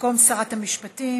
במקום שרת המשפטים.